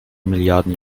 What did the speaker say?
milliarden